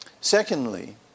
Secondly